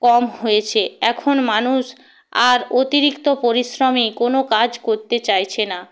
কম হয়েছে এখন মানুষ আর অতিরিক্ত পরিশ্রমী কোনো কাজ করতে চাইছে না